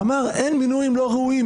אמר: אין מינויים לא ראויים,